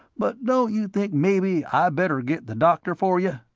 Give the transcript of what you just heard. but don't you think maybe i better get the doctor for ya?